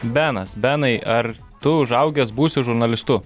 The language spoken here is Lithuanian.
benas benai ar tu užaugęs būsi žurnalistu